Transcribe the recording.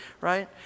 right